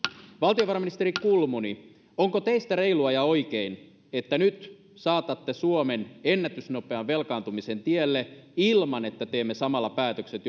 valtiovarainministeri kulmuni onko teistä reilua ja oikein että nyt saatatte suomen ennätysnopean velkaantumisen tielle ilman että teemme samalla päätökset